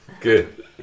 good